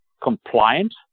compliant